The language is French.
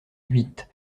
huit